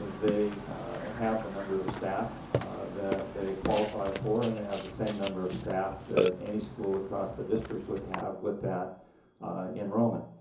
they have the number of staff that they qualify for and they have the same number of staff than any school across the district would have with that enrollment.